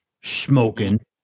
smoking